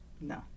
No